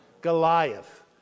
Goliath